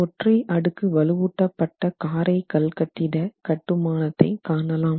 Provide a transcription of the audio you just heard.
ஒற்றை அடுக்கு வலுவூட்டப்பட்ட காரை கல்கட்டிட கட்டுமானத்தை காணலாம்